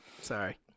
Sorry